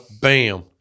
Bam